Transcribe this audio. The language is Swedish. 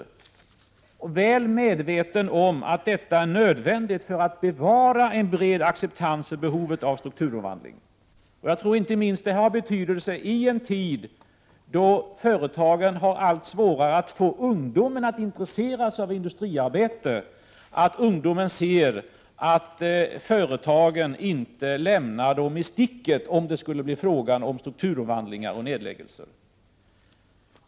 1987/88:34 väl medveten om att detta är nödvändigt för att bevara en bred acceptans för 30 november 1987 behovet av strukturomvandling. Det har inte minst betydelse i en tid då företagen har allt svårare att få ungdomar att intressera sig för industriarbete, att ungdomar ser att företagen inte lämnar dem i sticket om det skulle bli fråga om strukturomvandlingar eller nedläggelser.